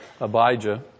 Abijah